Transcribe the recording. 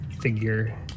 figure